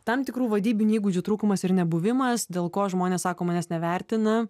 tam tikrų vadybinių įgūdžių trūkumas ir nebuvimas dėl ko žmonės sako manęs nevertina